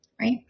right